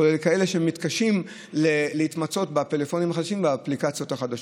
כולל לכאלה שמתקשים להתמצא בפלאפונים החדשים ובאפליקציות החדשות.